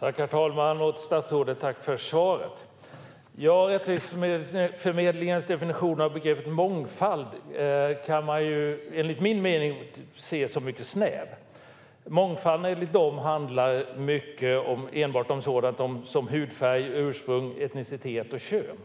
Herr talman! Jag tackar statsrådet för svaret. Rättviseförmedlingens definition av begreppet "mångfald" kan man enligt min mening se som mycket snäv. Mångfald handlar enligt dem enbart om sådant som hudfärg, ursprung, etnicitet och kön.